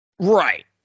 Right